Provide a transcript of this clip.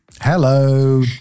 Hello